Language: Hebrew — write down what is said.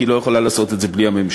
כי היא לא יכולה לעשות את זה בלי הממשלה.